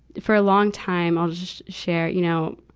for a long time i'll just share, you know,